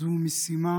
זו משימה